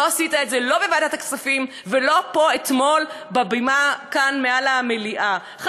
לא עשית את זה לא בוועדת הכספים ולא אתמול במליאה כאן על הבימה.